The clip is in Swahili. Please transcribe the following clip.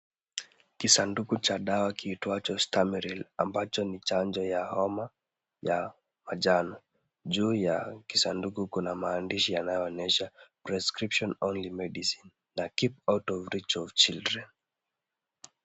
Kisanduku cha dawa kiitwacho Stamaril ambacho ni chanjo ya homa ya manjano. Juu ya kisanduku kuna maandishi yanayoonyesha prescription only medicine na keep out of reach of children .